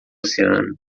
oceano